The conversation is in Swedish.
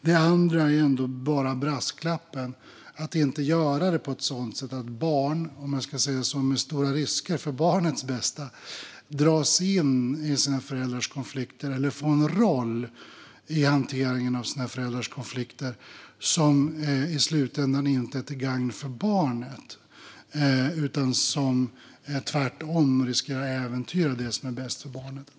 Det andra är bara brasklappen att inte göra det på ett sådant sätt att barn - om man ska se det som stora risker för barnens bästa - dras in i sina föräldrars konflikter eller får en roll i hanteringen av sina föräldrars konflikter som i slutändan inte är till gagn för barnet utan som tvärtom riskerar att äventyra det som är bäst för barnet.